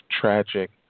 tragic